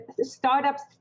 startups